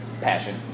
Passion